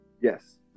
Yes